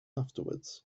afterwards